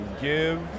give